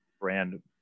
brand